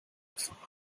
gefahren